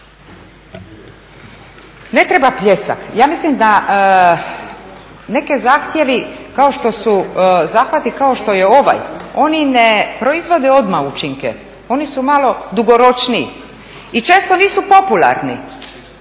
Ne treba pljesak. Ja mislim da neki zahtjevi kao što su, zahvati kao što je ovaj oni ne proizvode odmah učinke, oni su malo dugoročniji i često nisu popularni.